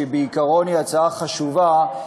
שבעיקרון היא הצעה חשובה,